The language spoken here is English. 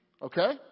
Okay